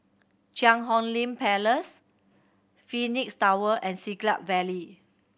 Cheang Hong Lim Place Phoenix Tower and Siglap Valley